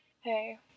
Hey